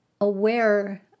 aware